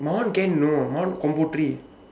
my one can you know my one combo three